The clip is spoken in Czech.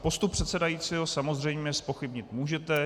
Postup předsedajícího samozřejmě zpochybnit můžete.